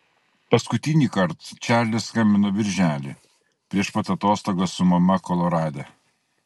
paskutinįkart čarlis skambino birželį prieš pat atostogas su mama kolorade